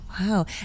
Wow